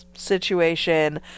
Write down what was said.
situation